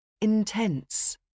intense